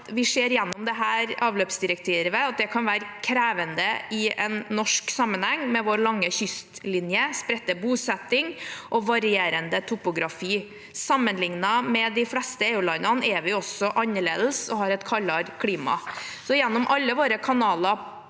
Vi ser gjennom dette avløpsdirektivet at det kan være krevende i en norsk sammenheng, med vår lange kystlinje, spredte bosetning og varierende topografi. Sammenlignet med de fleste EU-landene er vi også annerledes og har et kaldere klima. Gjennom alle våre kanaler